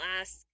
ask